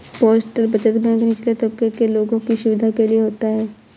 postal बचत bank निचले तबके के लोगों की सुविधा के लिए होता है